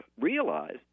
realize